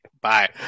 Bye